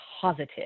positive